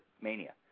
Mania